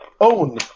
own